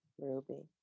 Ruby